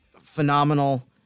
phenomenal